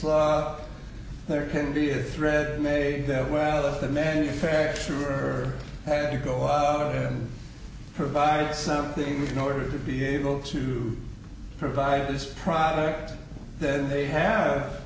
case there can be a thread made that well if the manufacturer had to go out and provide something in order to be able to provide this product then they have